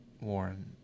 Warren